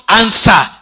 answer